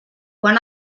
quan